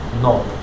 no